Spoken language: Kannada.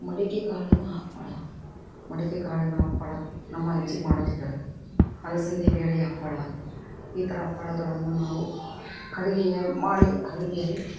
ಮಡಿಕೆ ಕಾಳಿನ ಹಪ್ಪಳ ಮಡಿಕೆ ಕಾಳಿನ ಹಪ್ಪಳ ನಮ್ಮ ಅಜ್ಜಿ ಮಾಡುತ್ತಿದ್ದರು ಅಲಸಂದೆ ಬೇಳೆಯ ಹಪ್ಪಳ ಈ ಥರ ಹಪ್ಪಳಗಳನ್ನು ನಾವು ಅಡಿಗೆ ಮಾಡಿ ಅಡಿಗೆಯಲ್ಲಿ